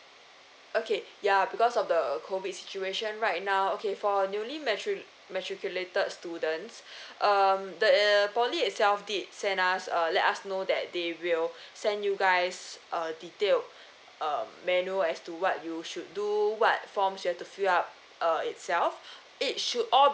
okay ya because of the COVID situation right now okay for newly matri~ matriculated students um that uh poly itself did send us err let us know that they will send you guys err detail uh manual as to what you should do what form you have to fill up uh itself it should all